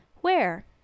Where